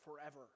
forever